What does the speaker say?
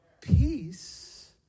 peace